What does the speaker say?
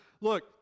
look